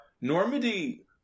Normandy